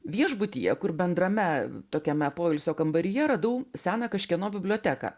viešbutyje kur bendrame tokiame poilsio kambaryje radau seną kažkieno biblioteką